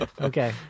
okay